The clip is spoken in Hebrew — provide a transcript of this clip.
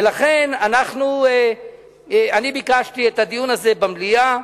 ולכן ביקשתי את הדיון הזה במליאה.